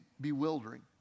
bewildering